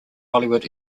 hollywood